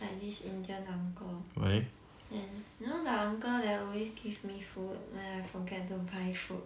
like this indian uncle then you know the uncle that always give me food when I forget to buy food